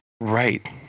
Right